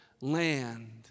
land